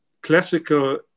classical